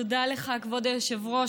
תודה לך, כבוד היושב-ראש.